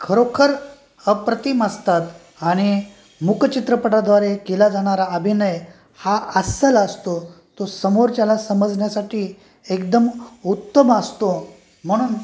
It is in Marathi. खरोखर अप्रतिम असतात आणि मुकचित्रपटाद्वारे केला जाणारा अभिनय हा अस्सल असतो तो समोरच्याला समजण्यासाठी एकदम उत्तम असतो म्हणून